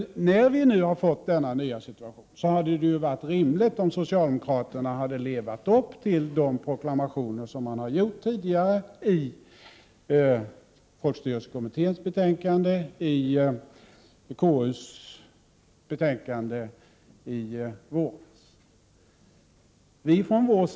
Sedan vi nu hade fått denna nya situation hade det varit rimligt om socialdemokraterna hade levt upp till de proklamationer som de tidigare gjort i folkstyrelsekommitténs betänkande och i KU:s betänkande i våras.